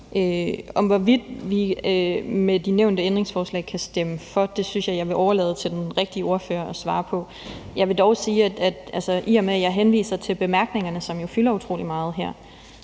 om, hvorvidt vi med de nævnte ændringsforslag kan stemme for, synes jeg at jeg vil overlade til den rigtige ordfører at svare på. Jeg vil dog sige, at i og med at jeg henviser til bemærkningerne, som jo fylder utrolig meget her,